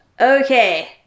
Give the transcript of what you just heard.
Okay